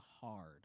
hard